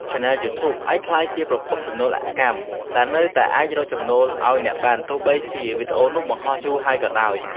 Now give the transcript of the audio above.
ឆានែលយូធូប អាចក្លាយជាប្រភពចំណូលអកម្ម ដែលនៅតែអាចរកលុយឱ្យអ្នកបានទោះបីជាវីដេអូនោះបង្ហោះយូរហើយក៏ដោយ។